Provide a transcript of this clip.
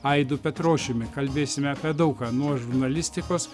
aidu petrošiumi kalbėsime apie daug ką nuo žurnalistikos